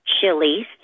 chilies